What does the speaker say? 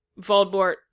Voldemort